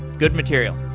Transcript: good material.